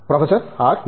professor R